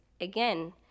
again